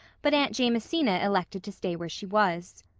but aunt jamesina elected to stay where she was.